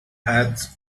pads